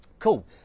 Cool